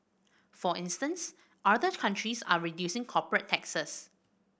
for instance other countries are reducing corporate taxes